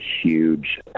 huge